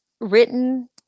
written